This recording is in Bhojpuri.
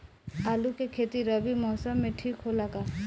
आलू के खेती रबी मौसम में ठीक होला का?